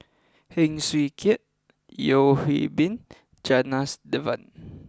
Heng Swee Keat Yeo Hwee Bin Janadas Devan